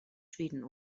schweden